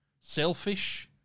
Selfish